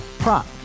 Prop